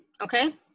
Okay